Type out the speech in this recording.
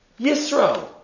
Yisro